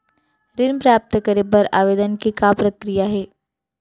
ऋण प्राप्त करे बर आवेदन के का प्रक्रिया हे?